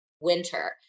winter